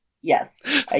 Yes